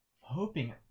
Hoping